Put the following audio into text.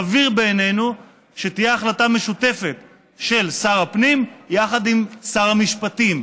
סביר בעינינו שתהיה החלטה משותפת של שר הפנים יחד עם שר המשפטים,